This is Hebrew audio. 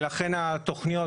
ולכן התכניות